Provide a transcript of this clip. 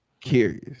curious